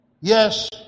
Yes